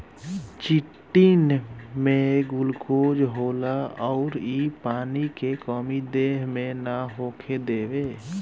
chitin में glucose होला अउर इ पानी के कमी देह मे ना होखे देवे